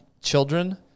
children